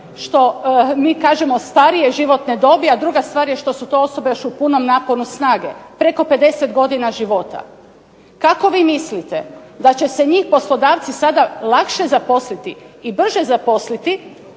što mi kažemo starije životne dobi, a druga stvar je što su to osobe još u punom naponu snage, preko 50 godina života. Kako vi mislite da će njih poslodavci sada lakše zaposliti i brže zaposliti